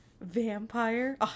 vampire